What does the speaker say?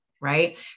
right